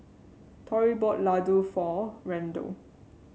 Torey bought Ladoo for Randel